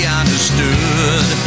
understood